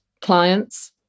clients